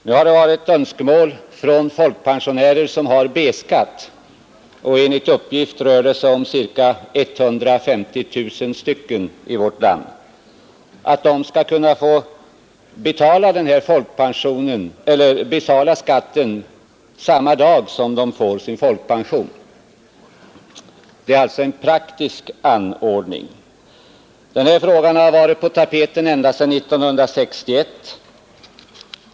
Nu har det varit ett önskemål från folkpensionärer som har B-skatt — enligt uppgift rör det sig om ca 150 000 stycken i vårt land — att de skall kunna få betala skatten samma dag som de får sin folkpension. Det är alltså en praktisk anordning. Den här frågan har varit på tapeten ända sedan 1961.